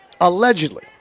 Allegedly